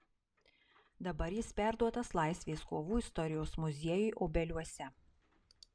dabar jis perduotas laisvės kovų istorijos muziejui obeliuose